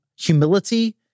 humility